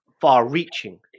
far-reaching